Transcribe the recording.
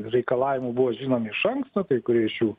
reikalavimų buvo žinomi iš anksto kai kurie iš jų